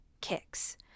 kicks